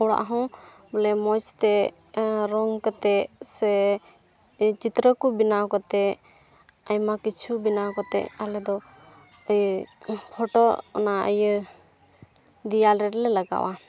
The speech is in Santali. ᱚᱲᱟᱜ ᱦᱚᱸ ᱵᱚᱞᱮ ᱢᱚᱡᱽ ᱛᱮ ᱨᱚᱝ ᱠᱟᱛᱮᱫ ᱥᱮ ᱪᱤᱛᱨᱚ ᱠᱚ ᱵᱮᱱᱟᱣ ᱠᱟᱛᱮᱫ ᱟᱭᱢᱟ ᱠᱤᱪᱷᱩ ᱵᱮᱱᱟᱣ ᱠᱟᱛᱮᱫ ᱟᱞᱮ ᱫᱚ ᱮᱸᱜ ᱯᱷᱳᱴᱳ ᱚᱱᱟ ᱤᱭᱟᱹ ᱫᱮᱣᱟᱞ ᱨᱮᱞᱮ ᱞᱟᱜᱟᱣᱟ